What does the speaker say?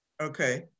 Okay